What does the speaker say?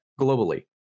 globally